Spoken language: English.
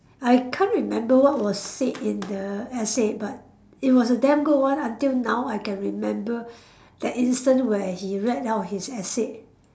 I can't remember what was said in the essay but it was a damn good one until now I can remember that instant where he read out his essay